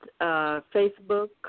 Facebook